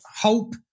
Hope